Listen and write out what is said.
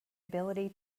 ability